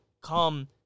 come